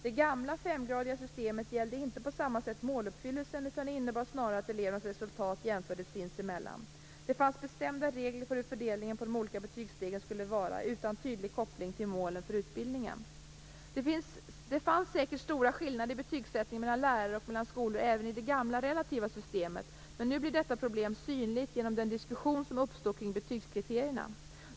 Det gamla, femgradiga systemet gällde inte på samma sätt måluppfyllelsen, utan innebar snarare att elevernas resultat jämfördes sinsemellan. Det fanns bestämda regler för hur fördelningen på de olika betygsstegen skulle vara, utan tydlig koppling till målen för utbildningen. Det fanns säkert stora skillnader i betygsättning mellan lärare och mellan skolor även i det gamla relativa systemet, men nu blir detta problem synligt genom den diskussion som uppstår kring betygskriterierna.